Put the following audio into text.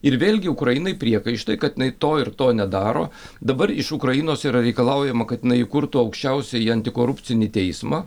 ir vėlgi ukrainai priekaištai kad jinai to ir to nedaro dabar iš ukrainos yra reikalaujama kad jinai įkurtų aukščiausiąjį antikorupcinį teismą